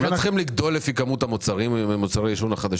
לא גדלתם לפי כמות המוצרים החדשים?